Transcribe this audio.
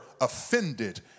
offended